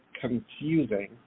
confusing